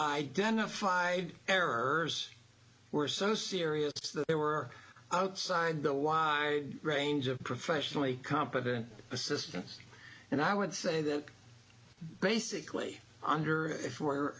identified errors were so serious that they were outside the wind range of professionally competent assistants and i would say that basically under if we're